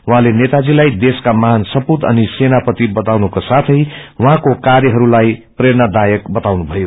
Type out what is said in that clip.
उहाँले नेताजीलाई देशका महान सपूत अनि सेनापति बताउनको साथै उहाँको कार्यहरूलाई प्रेरणादायक बताउनुभयो